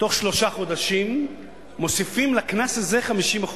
בתוך שלושה חודשים, מוסיפים לקנס הזה 50%,